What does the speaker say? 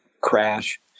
crash